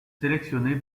sélectionné